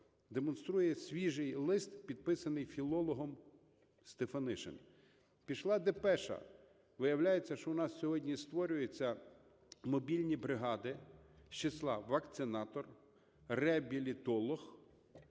демонструє свіжий лист, підписаний філологом Стефанишиним. Пішла депеша, виявляється, що у нас сьогодні створюються мобільні бригади з числа "вакцинатор – реабілітолог…